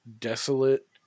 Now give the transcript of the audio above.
desolate